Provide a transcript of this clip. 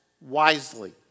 wisely